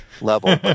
level